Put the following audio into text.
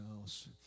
house